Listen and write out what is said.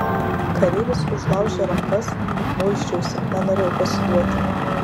kareivis užlaužė rankas muisčiausi nenorėjau pasiduoti